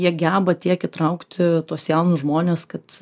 jie geba tiek įtraukti tuos jaunus žmones kad